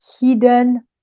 hidden